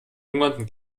hungernden